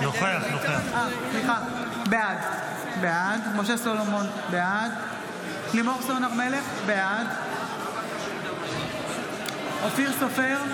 בעד לימור סון הר מלך, בעד אופיר סופר,